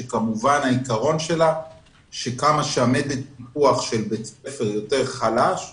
שהעיקרון שלה שככל שמדד הטיפוח של בית הספר חלש יותר,